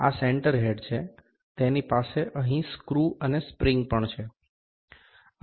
આ centre head છે તેની પાસે અહીં સ્ક્રૂ અને સ્પ્રિંગ પણ છે